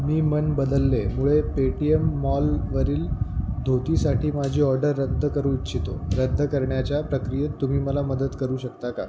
मी मन बदललेमुळे पेटीएम मॉलवरील धोतीसाठी माझी ऑर्डर रद्द करू इच्छितो रद्द करण्याच्या प्रक्रियेत तुम्ही मला मदत करू शकता का